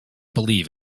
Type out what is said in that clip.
believe